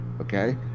okay